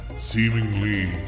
seemingly